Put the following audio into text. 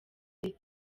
iri